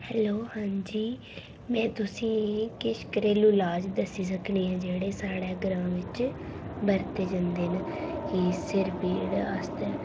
hello हां जी में तुसेंगी किश घरेलू लाज दस्सी सकनी आंं जेह्ड़े साढ़ै ग्रांऽ बिच्च बरते जंदे न कि सिर पीड़ आस्तै